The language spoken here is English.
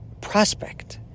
prospect